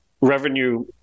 revenue